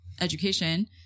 education